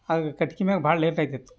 ಆಗ ಕಟ್ಗೆ ಮ್ಯಾಗ ಭಾಳ ಲೇಟಾಯ್ತಿತ್ತು